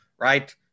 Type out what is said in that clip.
right